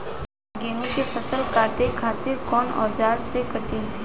गेहूं के फसल काटे खातिर कोवन औजार से कटी?